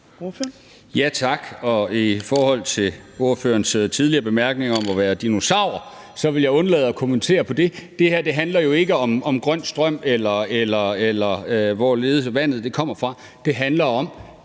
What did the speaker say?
Tak, og i forhold til ordførerens tidligere bemærkninger om at være dinosaur, vil jeg undlade at kommentere på det. Det her handler jo ikke om grøn strøm eller hvor vandet kommer fra. Det handler om,